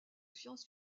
science